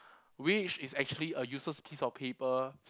which is actually a useless piece of paper